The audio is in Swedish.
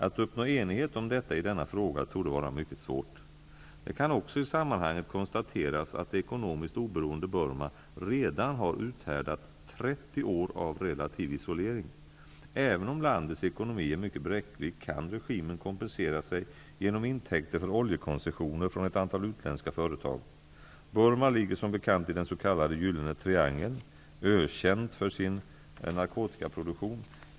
Att uppnå enighet om detta i denna fråga torde vara mycket svårt. Det kan också i sammanhanget konstateras att det ekonomiskt oberoende Burma redan har uthärdat 30 år av relativ isolering. Även om landets ekonomi är mycket bräcklig kan regimen kompensera sig genom intäkter för oljekoncessioner från ett antal utländska företag. Burma ligger som bekant i den s.k. gyllene triangeln, ökänd för sin narkotikaproduktion.